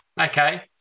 okay